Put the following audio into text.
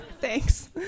Thanks